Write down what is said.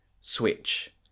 switch